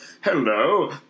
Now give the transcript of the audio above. hello